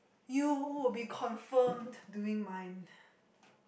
you will be confirmed doing mine